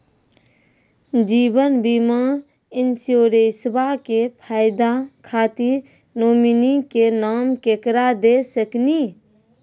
जीवन बीमा इंश्योरेंसबा के फायदा खातिर नोमिनी के नाम केकरा दे सकिनी?